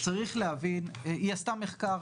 היא עשתה מחקר.